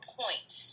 point